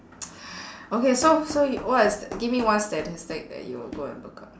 okay so so what is give me one statistic that you will go and look up